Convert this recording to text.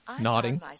nodding